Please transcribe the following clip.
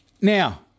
Now